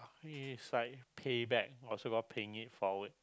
it's like pay back paying it forward